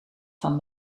van